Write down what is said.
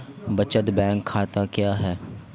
बचत बैंक खाता क्या है?